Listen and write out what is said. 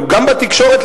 גם בתקשורת,